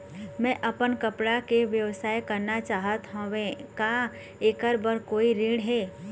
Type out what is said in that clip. मैं अपन कपड़ा के व्यवसाय करना चाहत हावे का ऐकर बर कोई ऋण हे?